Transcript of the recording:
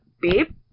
babe